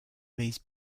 these